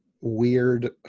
weird